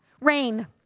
rain